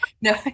No